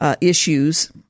issues